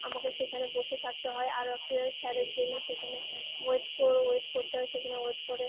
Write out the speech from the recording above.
আমাকে সেখানে বসে থাকতে হয় আরও একটা স্যারের জন্য সেখানে ওয়েট ওয়েট করতে হয় সেখানে ওয়েট করে